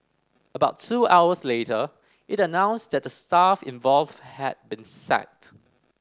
about two hours later it announced that the staff involved had been sacked